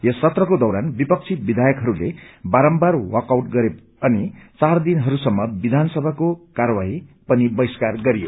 यस सत्रको दौरान विपक्षी विधायकहरूले बारम्बार वाकआउट् गरे अनि चार दिनहरूसम्म विघानसभाको कार्यवाही पनि बहिष्कार गरियो